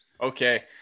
okay